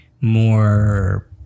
more